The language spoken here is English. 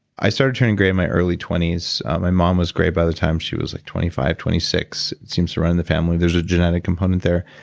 i started turning gray in my early twenty s and my mom was great by the time she was like twenty five, twenty six. it seems to run in the family. there's a genetic component there,